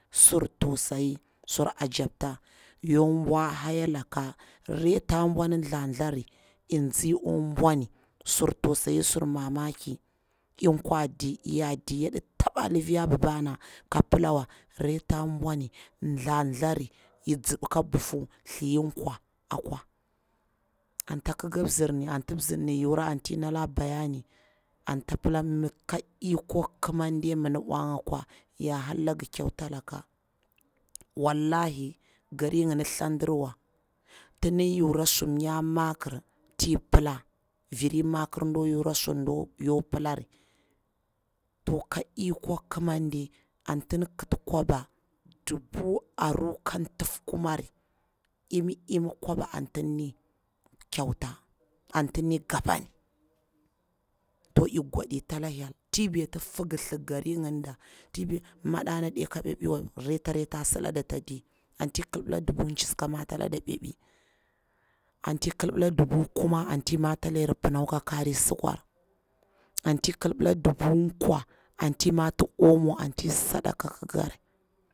Sur tausayi, sur ajapta, ya kwa bwa naya laka, reta bwani thathari, inzi akwa bwani, sur tausayi sur mamaki, i kwaɗi iyaɗi, yaɗi taba lifiya babana ko pila wa raita bwani thathari i zibi ka buhu, thliya kwa akwa anta kika mzirni anti mzirni yura anti nala bayani, anti tsa pila mi ka ikor kimande iyi mi nubwa nga akwa ya hara langi kyauta laka. Wallahi gari ngini thadirwa, tidi yura su mnya makir tipila viri ma kir dakwa yura suni yakwa pilari to ka ikor kimande anti ndi kiti kwaba dubu aru ke tufkumari imi imi kwaba anti ndini kyauta, anti di ni gopani, to ik gwaditi da hyel, ti beti figilthi gari nginda madana ɗi ka ɓabiwa reta reta silada ata di, anti kibila dubu chisu ka mata lada bebi, anti kibila dubu kuma anti mata layar pinau ka karir sukwar, anti kibila dubu kwa anti imati omo anti sadaka kgare.